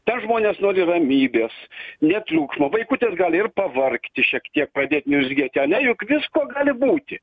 ten žmonės nori ramybės ne triukšmo vaikutis gali ir pavargti šiek tiek pradėt niurzgėt ane juk visko gali būti